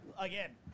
again